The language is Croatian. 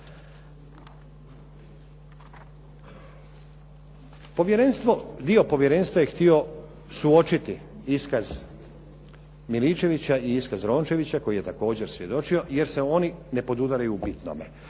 Dio povjerenstva je htio suočiti iskaz Miličevića i iskaz Rončevića koji je također svjedočio jer se oni ne podudaraju u bitnome.